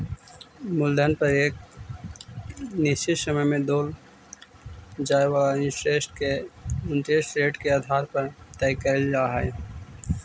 मूलधन पर एक निश्चित समय में देल जाए वाला इंटरेस्ट के इंटरेस्ट रेट के आधार पर तय कईल जा हई